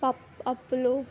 పప్పు అప్పులు